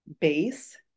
base